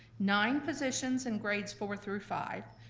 nine positions in grades four through five,